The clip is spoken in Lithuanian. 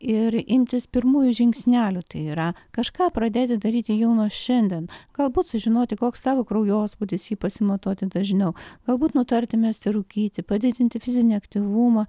ir imtis pirmųjų žingsnelių tai yra kažką pradėti daryti jau nuo šiandien galbūt sužinoti koks tavo kraujospūdis jį pasimatuoti dažniau galbūt nutarti mesti rūkyti padidinti fizinį aktyvumą